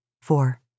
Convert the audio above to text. Four